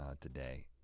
today